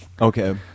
Okay